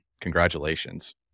congratulations